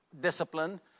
discipline